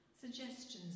suggestions